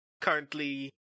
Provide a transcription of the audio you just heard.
currently